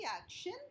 action